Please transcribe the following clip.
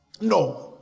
No